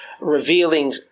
revealing